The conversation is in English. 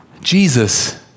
Jesus